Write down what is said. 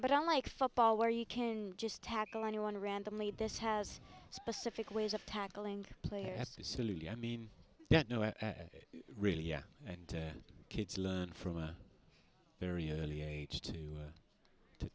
but i like football where you can just tackle anyone randomly this has specific ways of tackling player silly i mean really yeah and kids learn from a very early age to